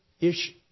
issue